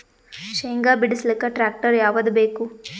ಶೇಂಗಾ ಬಿಡಸಲಕ್ಕ ಟ್ಟ್ರ್ಯಾಕ್ಟರ್ ಯಾವದ ಬೇಕು?